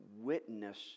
witness